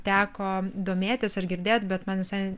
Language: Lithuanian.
teko domėtis ar girdėt bet man visai